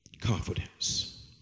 Confidence